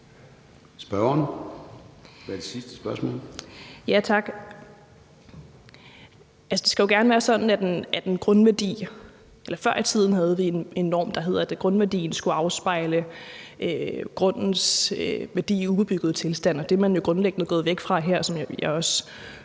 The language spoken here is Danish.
Spørgeren med sit sidste spørgsmål. Kl. 14:09 Christina Olumeko (ALT): Tak. Før i tiden havde vi norm, der hed, at grundværdien skulle afspejle grundens værdi i ubebygget tilstand, og det er man jo grundlæggende gået væk fra her, som jeg også